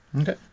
okay